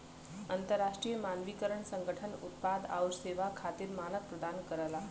अंतरराष्ट्रीय मानकीकरण संगठन उत्पाद आउर सेवा खातिर मानक प्रदान करला